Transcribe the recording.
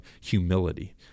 humility